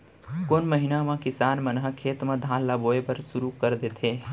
कोन महीना मा किसान मन ह खेत म धान ला बोये बर शुरू कर देथे?